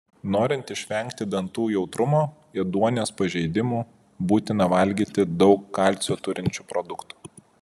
norint išvengti dantų jautrumo ėduonies pažeidimų būtina valgyti daug kalcio turinčių produktų